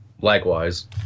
Likewise